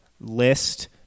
list